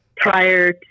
prior